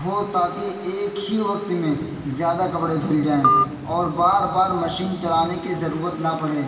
ہو تاکہ ایک ہی وقت میں زیادہ کپڑے دھل جائیں اور بار بار مشین چلانے کی ضرورت نہ پڑے